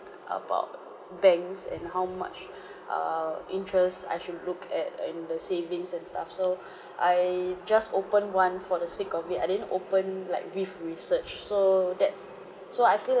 about banks and how much err interest I should look at uh in the savings and stuff so I just opened one for the sake of it I didn't open like with research so that's so I feel